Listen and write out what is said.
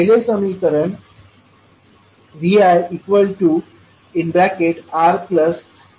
पहिले समीकरण ViR1sCI1 I2sCअसे आहे